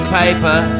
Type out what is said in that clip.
paper